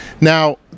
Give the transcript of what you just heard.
Now